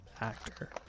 actor